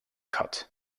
cut